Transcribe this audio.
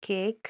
cake